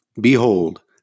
Behold